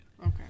Okay